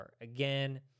again